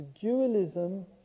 dualism